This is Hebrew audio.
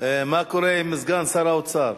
מה קורה עם סגן שר האוצר?